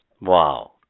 Wow